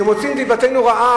כשמוציאים דיבתנו רעה,